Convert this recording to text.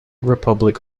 republic